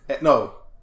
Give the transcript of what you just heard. No